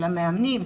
של המאמנים,